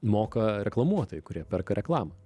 moka reklamuotojai kurie perka reklamą